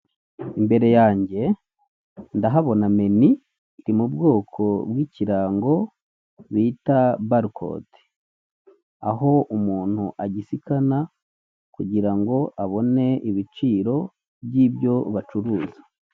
Imbere yanjye ndahabona menu iri mu bwoko bw'ikirango bita balicodi aho umuntu agisikana kugira abone ibiciro byibyo bacuruza.